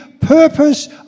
purpose